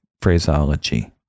phraseology